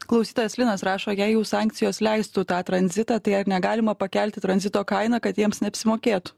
klausytojas linas rašo jei jau sankcijos leistų tą tranzitą tai ar negalima pakelti tranzito kainą kad jiems neapsimokėtų